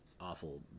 awful